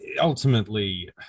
ultimately